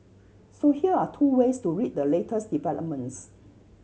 so here are two ways to read the latest developments